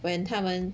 when 他们